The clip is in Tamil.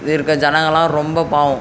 இருக்கற ஜனங்கலாம் ரொம்ப பாவம்